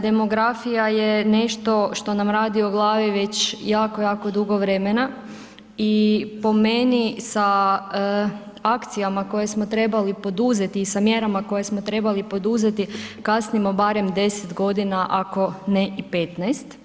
Demografija je nešto što nam radi o glavi već jako, jako dugo vremena i po meni sa akcijama koje smo trebali poduzeti i sa mjerama koje smo trebali poduzeti kasnimo barem 10 godina ako ne i 15.